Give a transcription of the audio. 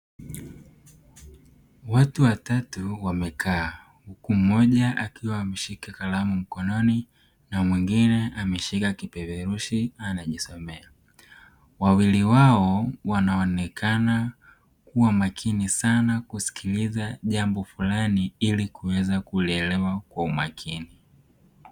Watu watatu wamekaa huku mmoja akiwa ameshika kalamu mkononi na mwingine ameshika kipeperushi anajisomea, wawili wao wanaonekana kuwa makini sana kusikiliza jambo fulani ili kuweza kulielewa kwa umakini.